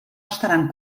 estaran